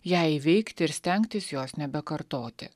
ją įveikti ir stengtis jos nebekartoti